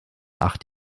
acht